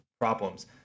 problems